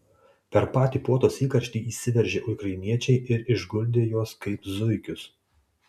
per patį puotos įkarštį įsiveržė ukrainiečiai ir išguldė juos kaip zuikius